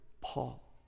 Paul